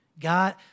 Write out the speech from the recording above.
God